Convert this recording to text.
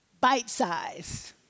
bite-sized